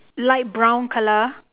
light brown colour